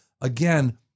Again